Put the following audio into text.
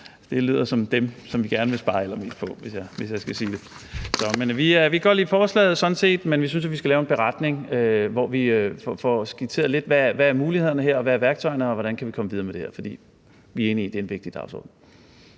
Det lyder som dem, vi gerne vil spare allermest på, hvis jeg skal sige det. Men vi kan sådan set godt lide forslaget, men vi synes, vi skal lave en beretning, hvor vi får skitseret lidt, hvad mulighederne er her, og hvad værktøjerne er, og hvordan vi kan komme videre med det her. For vi er enige i, at det er en vigtig dagsorden.